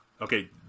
Okay